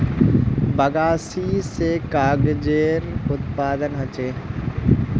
बगासी स कागजेरो उत्पादन ह छेक